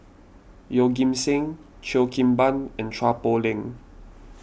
Yeoh Ghim Seng Cheo Kim Ban and Chua Poh Leng